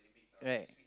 right